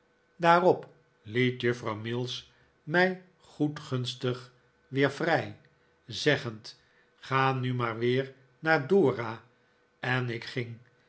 daarop liet juffrouw mills mij goedgunstig weer vrij zeggend ga nu maar weer naar dora en ik ging